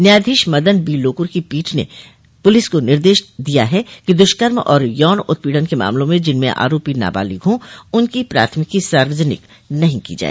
न्यायाधीश मदन बी लोकुर की पीठ ने पूलिस को निर्देश दिया है कि दुष्कर्म और यौन उत्पीड़न के मामलों में जिनमें आरोपी नाबालिग हो उनकी प्राथमिकी सार्वजनिक नहीं की जाए